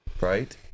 right